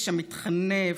המתחנף,